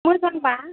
मोजांबा